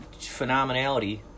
phenomenality